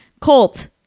Colt